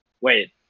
Wait